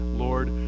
Lord